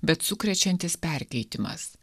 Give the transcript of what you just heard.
bet sukrečiantis perkeitimas